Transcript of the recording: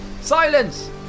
Silence